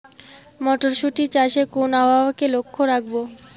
মটরশুটি চাষে কোন আবহাওয়াকে লক্ষ্য রাখবো?